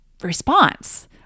response